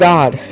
God